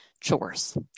chores